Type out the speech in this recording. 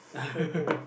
hobo